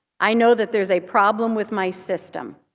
i know that there's a problem with my system,